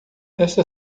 esta